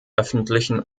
öffentlichen